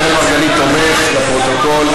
אני קובע כי הצעת החוק הביטוח הלאומי (תיקון,